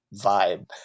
vibe